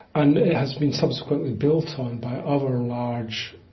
and has been subsequently built on by other large.